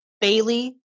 Bailey